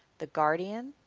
the guardian,